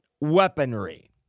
weaponry